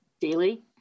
daily